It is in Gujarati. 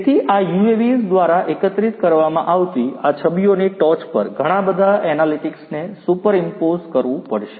તેથી આ UAVs દ્વારા એકત્રિત કરવામાં આવતી આ છબીઓની ટોચ પર ઘણા બધા એનાલિટિક્સને સુપરઇમ્પોઝ કરવું પડશે